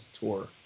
tour